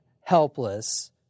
helpless